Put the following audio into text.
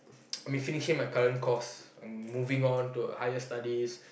I mean finishing my current course and moving on to higher studies